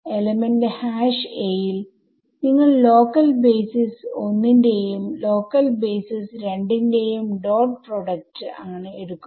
element a യിൽ നിങ്ങൾ local basis ന്റെയും ലോക്കൽ ബേസിസ്2 ന്റെയും ഡോട്ട് പ്രോഡക്റ്റ്ആണ് എടുക്കുന്നത്